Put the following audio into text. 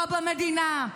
לא במדינה.